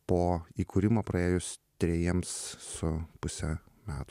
po įkūrimo praėjus trejiems su puse metų